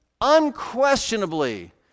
unquestionably